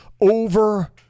over